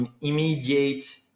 immediate